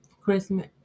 Christmas